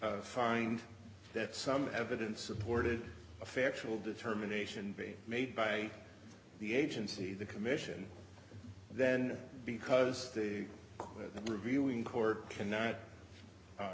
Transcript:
find that some evidence supported a factual determination be made by the agency the commission then because they are the reviewing court cannot